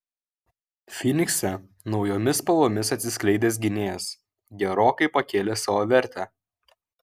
fynikse naujomis spalvomis atsiskleidęs gynėjas gerokai pakėlė savo vertę